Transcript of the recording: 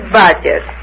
budget